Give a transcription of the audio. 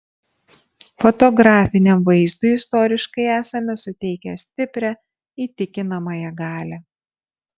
fotografiniam vaizdui istoriškai esame suteikę stiprią įtikinamąją galią